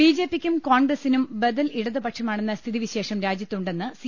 ബിജെപിയ്ക്കും കോൺഗ്രസ്റ്റിനും ബദൽ ഇടത് പക്ഷമാണെന്ന സ്ഥിതി വിശേഷം രാജ്യത്തുണ്ടെന്ന് സി